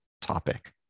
topic